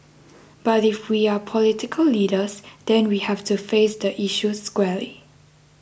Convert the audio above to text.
but if we are political leaders then we have to face the issue squarely